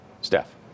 Steph